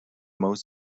most